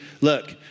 look